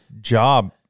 job